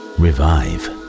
revive